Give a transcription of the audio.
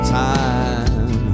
time